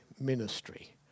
ministry